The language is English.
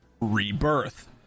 Rebirth